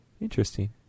Interesting